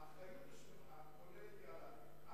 האחריות הכוללת היא עלייך.